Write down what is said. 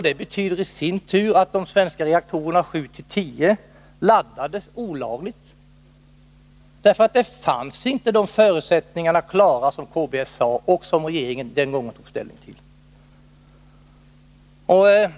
Det betyder i sin tur att de svenska reaktorerna nr 7-10 laddades olagligt, eftersom de förutsättningar inte var för handen som KBS angav och som regeringen den gången tog ställning till.